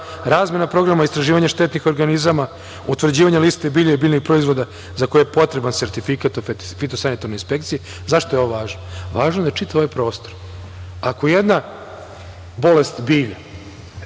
razmena programa istraživanja štetnih organizama, utvrđivanje liste bilja i biljnih proizvoda za koje je potreban sertifikat o fitosanitarnoj inspekciji. Zašto je ovo važno? Važno je da čitav ovaj prostor. Ako je jedna bolest bilja